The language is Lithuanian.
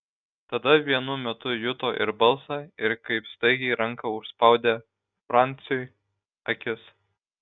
tada vienu metu juto ir balsą ir kaip staigiai ranka užspaudė franciui akis